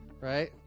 right